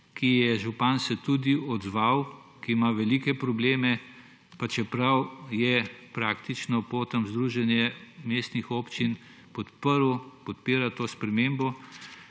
se je tudi župan, ki ima velike probleme, pa čeprav je praktično preko Združenje mestnih občin podpirl to spremembo.